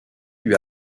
lui